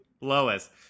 Lois